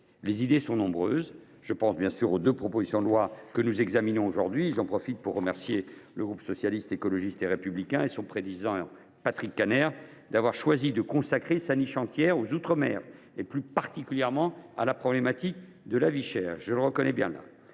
Les idées sont nombreuses sur ce sujet. Je pense bien sûr aux deux propositions de loi que nous examinons aujourd’hui. À cet égard, je remercie le groupe Socialiste, Écologiste et Républicain et son président Patrick Kanner d’avoir choisi de consacrer sa niche parlementaire entière aux outre mer, plus particulièrement à la problématique de la vie chère. Je le reconnais bien là